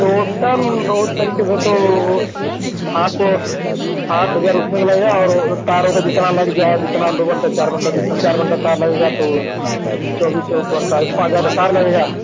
total वह तरीके से तो आप आठ हज़ार उसमें का लगेगा और वह तारों का जितना लग जाए जितना दो बण्डल चार बण्डल जितना चार बण्डल तार लगेगा तो चौबीस सौ को अड़तालीस पाँच हज़ार का तार लगेगा